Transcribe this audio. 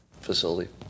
facility